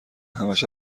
همش